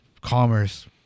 Commerce